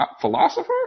philosopher